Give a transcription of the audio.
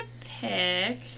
pick